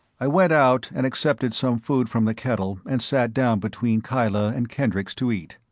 i went out and accepted some food from the kettle and sat down between kyla and kendricks to eat.